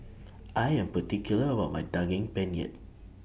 I Am particular about My Daging Penyet